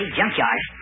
junkyard